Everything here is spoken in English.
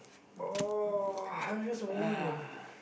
oh this woman ah